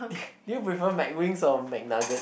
do you prefer McWings or McNuggets